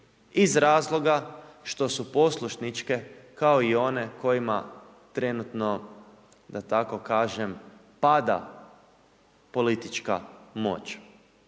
iz razloga što su poslušničke kao i one kojima trenutno da tako kažem pada politička moć.